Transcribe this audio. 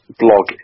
blog